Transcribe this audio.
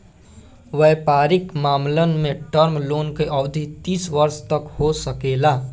वयपारिक मामलन में टर्म लोन के अवधि तीस वर्ष तक हो सकेला